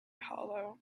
hollow